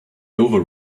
over